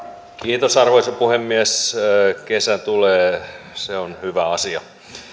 kiitos arvoisa puhemies kesä tulee se on hyvä asia